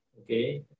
okay